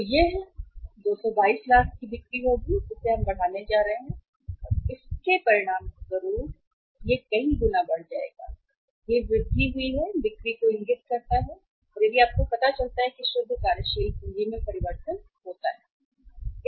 तो यह 222 लाख बिक्री होगी जिसे हम बढ़ाने जा रहे हैं और इसके परिणामस्वरूप यह कई गुना बढ़ जाएगा 22 यह वृद्धि हुई बिक्री को इंगित करता है यदि आपको यह पता चलता है तो शुद्ध कार्यशील पूंजी में परिवर्तन होता है